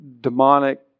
demonic